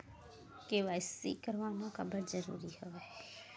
KYC करवाना काबर जरूरी हवय?